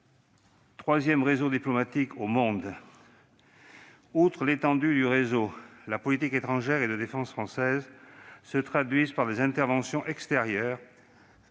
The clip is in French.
troisième réseau diplomatique au monde. Outre l'étendue du réseau, la politique étrangère et de défense française, qui se traduit par des interventions extérieures,